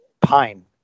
pine